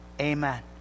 Amen